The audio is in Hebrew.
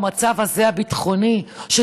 במצב הביטחוני הזה,